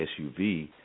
SUV